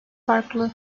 farklı